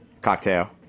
Cocktail